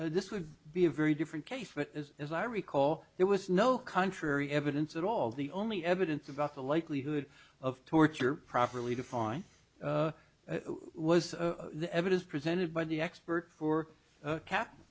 this would be a very different case that is as i recall there was no contrary evidence at all the only evidence about the likelihood of torture properly define was the evidence presented by the expert for cat